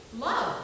love